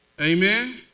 amen